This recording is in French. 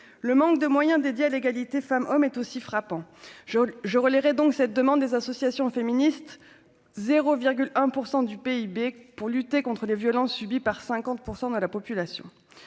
le manque de moyens dédiés à l'égalité femmes-hommes est aussi frappant Georges je relirai donc cette demande des associations féministes 0 virgule 1 % du PIB pour lutter contre les violences subies par 50 % de la population